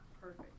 perfect